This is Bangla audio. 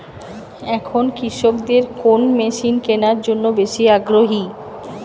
এখন কৃষকদের কোন মেশিন কেনার জন্য বেশি আগ্রহী?